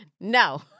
no